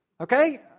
Okay